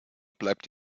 bleibt